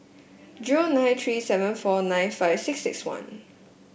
zero nine three seven four nine five six six one